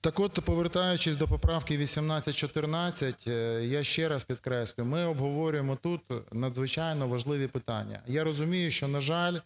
Так от, повертаючись до поправки 1814. Я ще раз підкреслюю, ми обговорюємо тут надзвичайно важливі питання. Я розумію, що, на жаль,